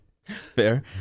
Fair